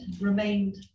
remained